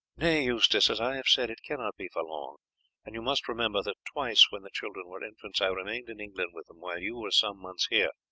nay, eustace, as i have said, it cannot be for long and you must remember that twice when the children were infants i remained in england with them while you were some months here.